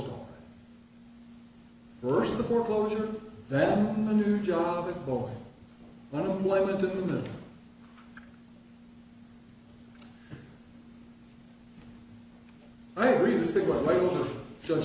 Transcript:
time